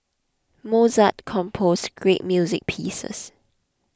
Mozart composed great music pieces